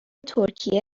ترکیه